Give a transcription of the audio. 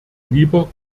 lieber